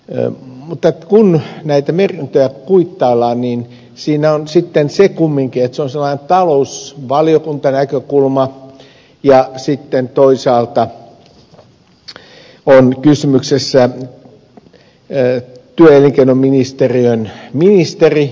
mutta kun näitä merkintöjä kuittaillaan niin siinä on sitten se kumminkin että se on sellainen talousvaliokuntanäkökulma ja sitten toisaalta on kysymyksessä työ ja elinkeinoministeriön ministeri